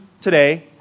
today